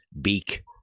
Beak